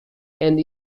and